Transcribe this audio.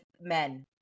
men